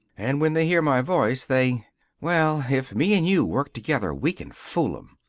and when they hear my voice they well, if me and you work together we can fool em.